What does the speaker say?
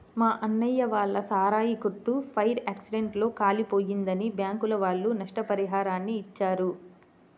మా అన్నయ్య వాళ్ళ సారాయి కొట్టు ఫైర్ యాక్సిడెంట్ లో కాలిపోయిందని బ్యాంకుల వాళ్ళు నష్టపరిహారాన్ని ఇచ్చారు